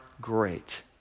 great